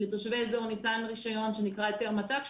לתושבי אזור ניתן רישיון שנקרא היתר מת"ק,